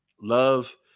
Love